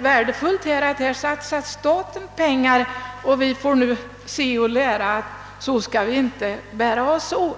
värdefullt att staten satsar så att industrin slipper lägga ut de dyra lärpengarna.